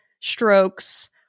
strokes